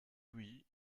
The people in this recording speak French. oui